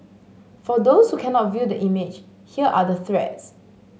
for those who cannot view the image here are the threats